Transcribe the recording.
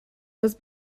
was